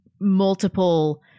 multiple